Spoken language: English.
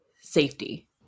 safety